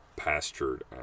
pastured